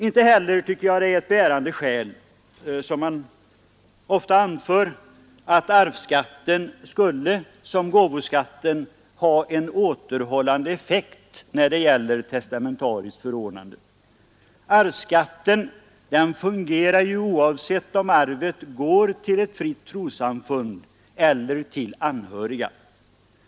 Inte heller tycker jag det är ett bärande skäl att arvsskatten, som man ofta anför, liksom gåvoskatten skulle ha en återhållande effekt när det gäller testamentariskt förordnande. Arvsskatten fungerar ju oavsett om arvet går till ett fritt trossamfund eller till anhöriga.